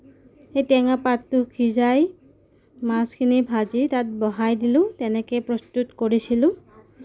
সেই টেঙা পাতটো সিজাই মাছখিনি ভাজি তাত বহাই দিলোঁ তেনেকে প্ৰস্তুত কৰিছিলোঁ